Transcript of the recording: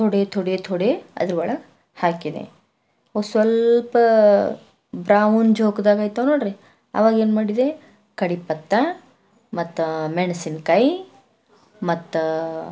ತೋಡೆ ತೋಡೆ ತೋಡೆ ಅದ್ರೊಳಗೆ ಹಾಕಿದೆ ಅದು ಸ್ವಲ್ಪ ಬ್ರೌನ್ ಜೊಕ್ದಾಗಾಯಿತು ನೋಡ್ರಿ ಆವಾಗ ಏನು ಮಾಡಿದೆ ಕಡಿ ಪತ್ತ ಮತ್ತೆ ಮೆಣಸಿನಕಾಯಿ ಮತ್ತ